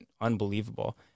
unbelievable